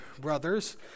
brothers